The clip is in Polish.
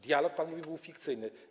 Dialog, pan mówi, był fikcyjny.